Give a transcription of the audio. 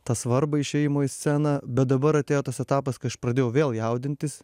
tą svarbą išėjimo į sceną bet dabar atėjo tas etapas kai aš pradėjau vėl jaudintis